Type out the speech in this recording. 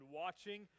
watching